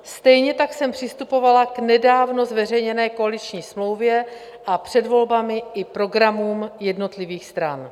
Stejně tak jsem přistupovala k nedávno zveřejněné koaliční smlouvě a před volbami i k programům jednotlivých stran.